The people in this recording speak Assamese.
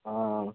অ'